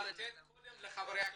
אבל תן קודם לחברי הכנסת.